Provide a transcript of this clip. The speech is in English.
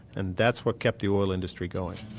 and that's what kept the oil industry going